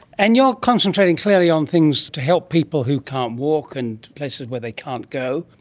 and you are concentrating clearly on things to help people who can't walk and places where they can't go.